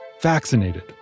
vaccinated